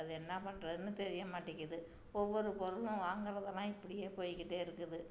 அதை என்ன பண்ணுறதுன்னு தெரிய மாட்டேங்குது ஒவ்வொரு பொருளும் வாங்குறதுல்லாம் இப்படியே போய்க்கிட்டே இருக்குது